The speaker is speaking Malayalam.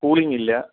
കൂളിങ്ങ് ഇല്ല